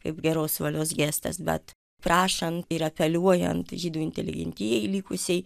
kaip geros valios gestas bet prašant ir apeliuojant žydų inteligentijai likusiai